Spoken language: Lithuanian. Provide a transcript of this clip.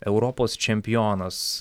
europos čempionas